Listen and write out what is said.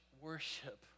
worship